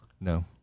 No